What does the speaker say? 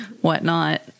whatnot